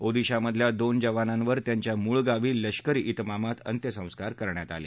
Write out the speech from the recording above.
ओदिशामधल्या दोन जवानांवर त्यांच्या मूळ गावी लष्करी ब्रिमामात अंत्यसंस्कार करण्यात आले